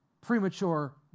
premature